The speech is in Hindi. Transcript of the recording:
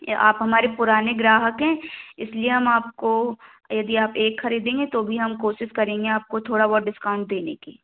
आप हमारे पुराने ग्राहक हैं इस लिए हम आपको यदि आप एक ख़रीदेंगे तो भी हम कोशिश करेंगे आपको थोड़ा बहुत डिस्काउंट देने की